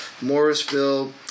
Morrisville